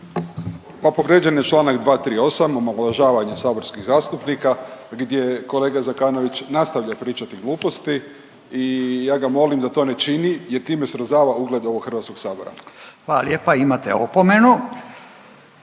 Ma povrijeđen je članak 238. omalovažavanje saborskih zastupnika gdje kolega Zekanović nastavlja pričati gluposti i ja ga molim da to ne čini, jer time srozava ugled Hrvatskog sabora. **Radin, Furio